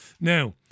Now